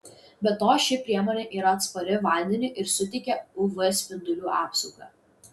be to ši priemonė yra atspari vandeniui ir suteikia uv spindulių apsaugą